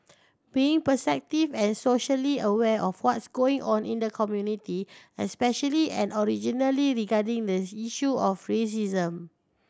being perceptive and socially aware of what's going on in the community especially and originally regarding the issue of racism